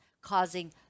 causing